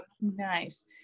nice